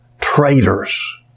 Traitors